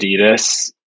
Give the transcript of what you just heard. Adidas